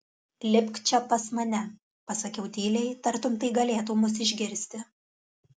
lipk čia pas mane pasakiau tyliai tartum tai galėtų mus išgirsti